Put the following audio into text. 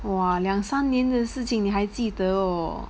!wah! 两三年的事情你还记得 oh